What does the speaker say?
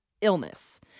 illness